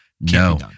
No